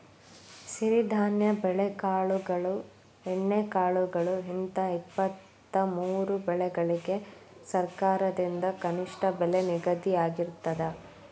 ಸಿರಿಧಾನ್ಯ ಬೆಳೆಕಾಳುಗಳು ಎಣ್ಣೆಕಾಳುಗಳು ಹಿಂತ ಇಪ್ಪತ್ತಮೂರು ಬೆಳಿಗಳಿಗ ಸರಕಾರದಿಂದ ಕನಿಷ್ಠ ಬೆಲೆ ನಿಗದಿಯಾಗಿರ್ತದ